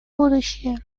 будущее